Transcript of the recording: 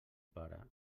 pare